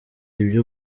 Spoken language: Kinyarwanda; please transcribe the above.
ibyo